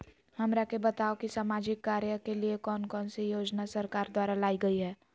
हमरा के बताओ कि सामाजिक कार्य के लिए कौन कौन सी योजना सरकार द्वारा लाई गई है?